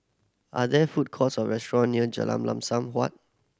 are there food courts or restaurant near Jalan Lam Sun Huat